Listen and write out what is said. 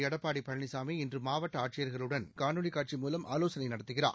எடப்பாடிபழனிசாமி இன்றுஅனைத்துமாவட்டஆட்சியர்களுடன் காணொலிகாட்சி மூலம் ஆலோசனைநடத்துகிறார்